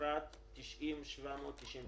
אפרת 90,792,